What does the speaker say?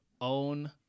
own